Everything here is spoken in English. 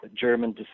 German